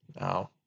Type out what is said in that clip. No